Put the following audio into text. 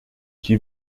qui